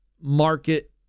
market